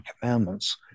Commandments